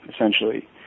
essentially